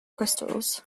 crystals